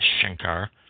Shankar